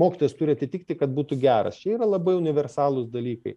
mokytojas turi atitikti kad būtų geras čia yra labai universalūs dalykai